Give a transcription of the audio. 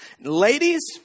Ladies